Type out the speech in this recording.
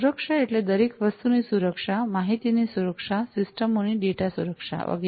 સુરક્ષા એટલે દરેક વસ્તુની સુરક્ષા માહિતીની સુરક્ષા સિસ્ટમો ની ડેટા સુરક્ષા વગેરે